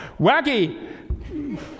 wacky